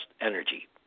energy